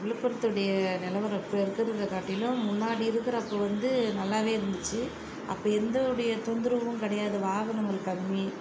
விழுப்புரத்தோடைய நிலவரம் இப்போ இருக்கிறத காட்டிலும் முன்னாடி இருக்கிறப்ப வந்து நல்லாவே இருந்துச்சு அப்போ எந்தனுடைய தொந்தரவும் கிடையாது வாகனங்கள் கம்மி